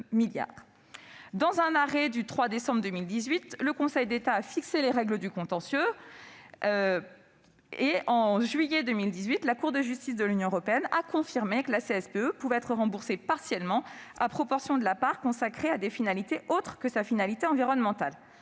Dans un arrêt du 3 décembre 2018, le Conseil d'État a fixé les règles du contentieux. Puis, en juillet 2018, la Cour de justice de l'Union européenne a confirmé que la CSPE pouvait être remboursée partiellement, à proportion de la part consacrée à des finalités autres que sa finalité environnementale.